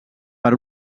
per